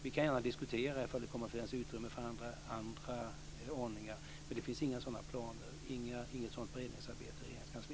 Vi kan gärna diskutera om det kommer att finnas utrymme för andra ordningar, men det finns inga sådana planer och inget sådant beredningsarbete i